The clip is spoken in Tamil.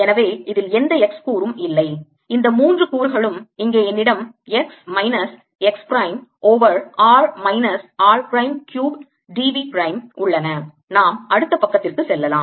எனவே இதில் எந்த x கூறும் இல்லை இந்த மூன்று கூறுகளும் இங்கே என்னிடம் x minus x prime over r minus r prime cube d v prime உள்ளன நாம் அடுத்த பக்கத்திற்கு செல்லலாம்